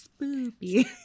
Spoopy